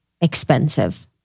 expensive